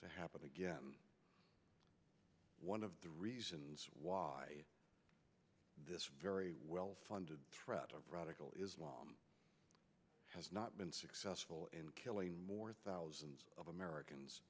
to happen again one of the reasons why this very well funded threat of radical islam has not been successful in killing more thousands of americans